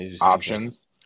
options